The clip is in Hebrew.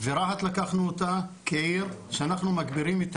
ורהט לקחנו אותה כעיר שאנחנו מגבירים את